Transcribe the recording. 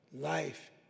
Life